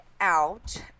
out